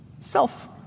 self